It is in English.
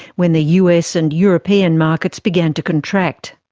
when the us and european markets began to contract.